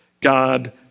God